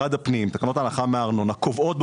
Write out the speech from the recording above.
תקנות ההנחה מארנונה של משרד הפנים קובעות,